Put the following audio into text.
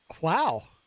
Wow